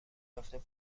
یافته